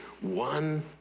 one